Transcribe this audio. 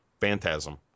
phantasm